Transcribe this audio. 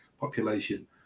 population